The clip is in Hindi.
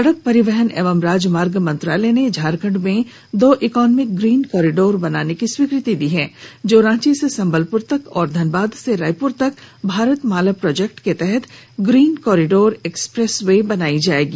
सड़क परिवहन एवं राजमार्ग मंत्रालय ने झारखंड में दो इकोनॉमिक ग्रीन कॉरिडोर बनाने की स्वीकृति दी है जो रांची से संबलपुर तक और धनबाद से रायपुर तक भारतमाला प्रोजेक्ट के तहत ग्रीन कॉरिडोर एक्सप्रेस वे बनायी जायेगी